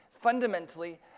fundamentally